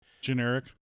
Generic